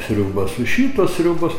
sriuba su šituo sriubos